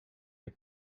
heb